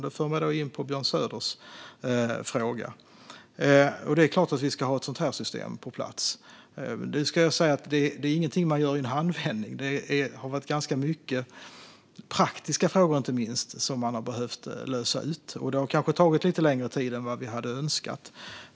Det för mig in på Björn Söders fråga. Det är klart att vi ska få ett sådant här system på plats. Men det är inget man gör i en handvändning. Många inte minst praktiska frågor har behövt lösas ut, och det har tagit lite längre tid än vad vi hade önskat.